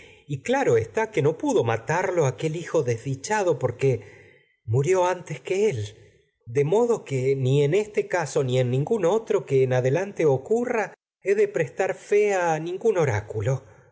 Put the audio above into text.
y claro está que no pudo matarlo aquel que hijo que desdichado ni en porque murió nin antes él que de en modo este caso ni en gún otro adelante ocurra he de prestar fe a ningún oráculo